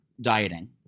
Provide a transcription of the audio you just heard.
dieting